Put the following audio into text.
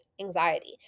anxiety